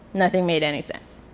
nothing made any sense.